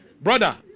Brother